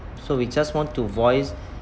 so we just want to voice